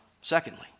secondly